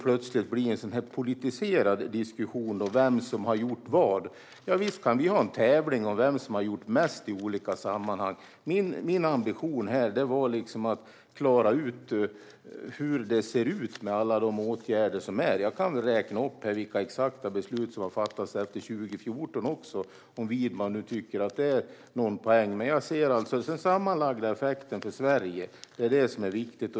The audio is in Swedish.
Plötsligt blir det en politiserad diskussion om vem som har gjort vad, och visst kan vi ha en tävling om vem som har gjort mest i olika sammanhang. Min ambition har varit att klara ut hur det ser ut med alla åtgärder som finns. Jag kan räkna upp exakt vilka beslut som har fattats efter 2014 om Widman tycker att det finns en poäng med det, men jag anser att det är den sammanlagda effekten för Sverige som är viktig.